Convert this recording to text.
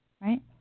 right